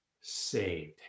saved